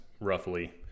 roughly